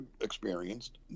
experienced